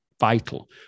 vital